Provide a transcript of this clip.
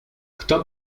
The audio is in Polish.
kto